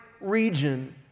region